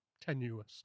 tenuous